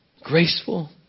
graceful